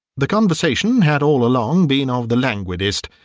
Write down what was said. the conversation had all along been of the languidest,